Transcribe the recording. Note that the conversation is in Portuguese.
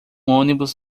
ônibus